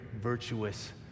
virtuous